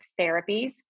therapies